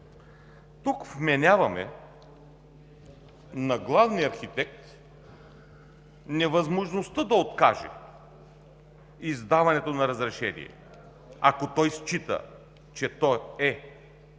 Тук вменяваме на главния архитект невъзможността да откаже издаването на разрешение, ако той счита, че то е